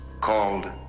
called